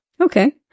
Okay